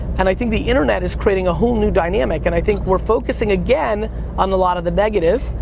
and i think the internet is creating a whole new dynamic, and i think we're focusing again on a lot of the negative.